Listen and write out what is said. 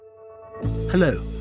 Hello